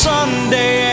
Sunday